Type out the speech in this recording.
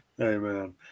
Amen